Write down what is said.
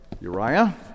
Uriah